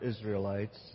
Israelites